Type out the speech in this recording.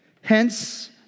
Hence